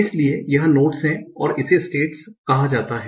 इसलिए यह नोड्स हैं और इसे स्टेट कहा जाता है